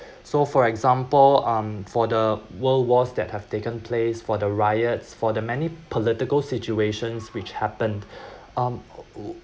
so for example um for the world wars that have taken place for the riots for the many political situations which happened um w~ w~